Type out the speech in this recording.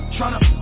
Tryna